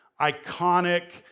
iconic